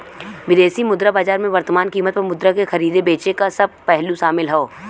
विदेशी मुद्रा बाजार में वर्तमान कीमत पर मुद्रा के खरीदे बेचे क सब पहलू शामिल हौ